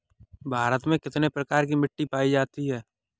भारत में कितने प्रकार की मिट्टी पाई जाती है?